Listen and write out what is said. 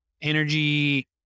energy